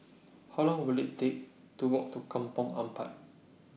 How Long Will IT Take to Walk to Kampong Ampat